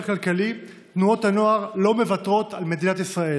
כלכלי תנועות הנוער לא מוותרות על מדינת ישראל.